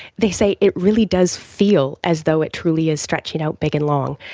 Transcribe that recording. they say it really does feel as though it truly is stretching out big and long.